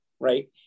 right